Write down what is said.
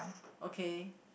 okay